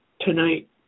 tonight